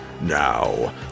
Now